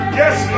yes